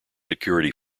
security